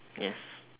yes